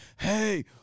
hey